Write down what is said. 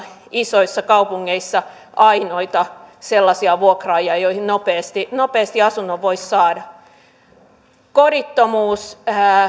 isoissa kaupungeissa ainoita sellaisia vuokraajia joilta nopeasti nopeasti asunnon voisi saada kodittomuus